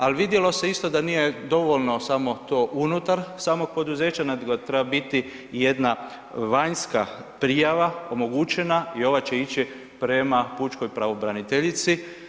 Ali, vidjelo se isto da nije dovoljno samo to unutar samog poduzeća nego treba biti jedna vanjska prijava omogućena i ova će ići prema pučkoj pravobraniteljici.